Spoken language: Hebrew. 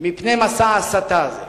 ממסע ההסתה הזה.